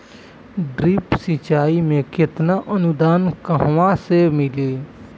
Drip सिंचाई मे केतना अनुदान कहवा से मिली?